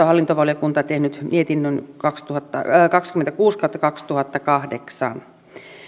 hallintovaliokunta tehnyt mietinnön kaksikymmentäkuusi kautta kaksituhattakahdeksan